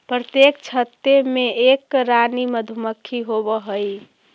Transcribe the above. प्रत्येक छत्ते में एक रानी मधुमक्खी होवअ हई